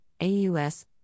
AUS